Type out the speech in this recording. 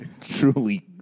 truly